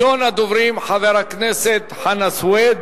ראשון הדוברים, חבר הכנסת חנא סוייד,